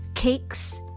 cakes